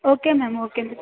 okay ma'am okay